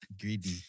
greedy